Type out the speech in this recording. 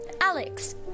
Alex